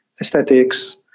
aesthetics